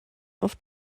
oft